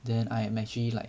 then I am actually like